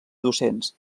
docents